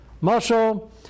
marshal